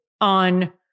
on